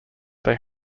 they